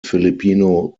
filipino